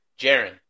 Jaren